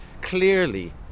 Clearly